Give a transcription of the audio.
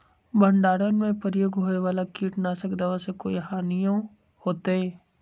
भंडारण में प्रयोग होए वाला किट नाशक दवा से कोई हानियों होतै?